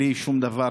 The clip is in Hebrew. בלי שום דבר,